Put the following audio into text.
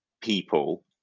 people